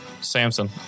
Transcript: Samson